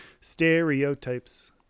Stereotypes